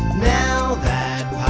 now that